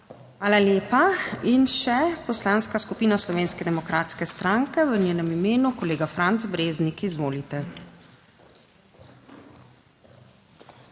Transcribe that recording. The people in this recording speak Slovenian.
Hvala lepa. In še Poslanska skupina Slovenske demokratske stranke, v njenem imenu kolega Franc Breznik, izvolite.